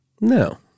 No